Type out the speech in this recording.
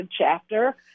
chapter